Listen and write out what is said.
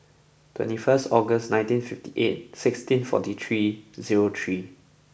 twenty first August nineteen fifty eight sixteen forty three zero three